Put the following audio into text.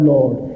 Lord